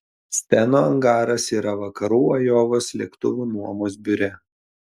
steno angaras yra vakarų ajovos lėktuvų nuomos biure